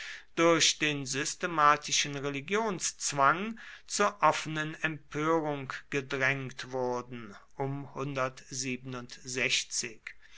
durch den systematischen religionszwang zur offenen empörung gedrängt wurden